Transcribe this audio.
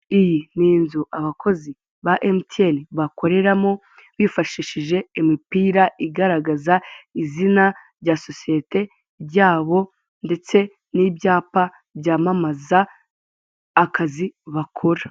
Iyi ni inzu abakozi ba emutiyeni bakoreramo, bifashishije imipira igaragaza izina rya sosiyete yabo, ndetse n'ibyapa byamamaza akazi bakora.